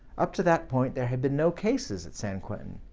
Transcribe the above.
up to that point, there had been no cases at san quentin,